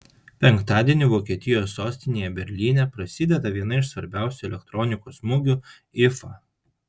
penktadienį vokietijos sostinėje berlyne prasideda viena iš svarbiausių elektronikos mugių ifa